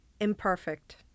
imperfect